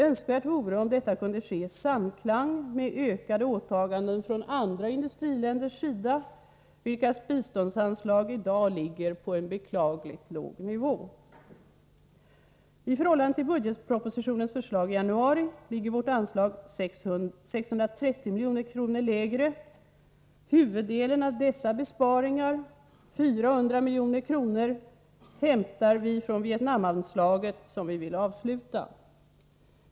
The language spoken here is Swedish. Önskvärt vore om detta kunde ske i samklang med ökade åtaganden från andra industriländers sida, vilkas biståndsanslag i dag ligger på en beklagligt låg nivå. I förhållande till budgetpropositionens förslag i januari ligger vårt anslag 630 milj.kr. lägre. Huvuddelen av dessa besparingar, 400 milj.kr., hämtar vi från Vietnamanslaget, som vi vill avsluta.